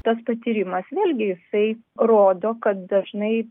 tas patyrimas vėlgi jisai rodo kad dažnai